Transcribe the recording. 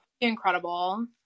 incredible